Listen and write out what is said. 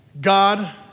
God